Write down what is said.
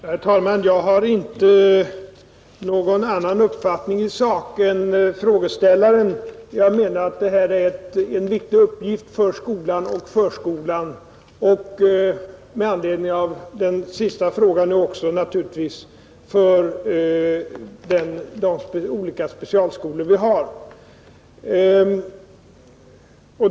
Herr talman! Jag har inte någon annan uppfattning än frågeställaren. Jag menar att detta är en viktig uppgift för skolan, förskolan och — med anledning av den sista frågan — naturligtvis också för de olika specialskolor vi har.